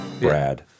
Brad